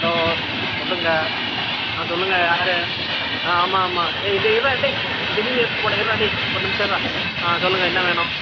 hello சொல்லுங்கள் ஆ சொல்லுங்கள் யார் ஆ ஆமாம் ஆமாம் ஏ டே இருடா டே இந்த மீனையும் எடுத்துன்னு போடா இருடா டே ஒரு நிமிஷம் இருடா ஆ சொல்லுங்கள் என்ன வேணும்